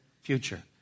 future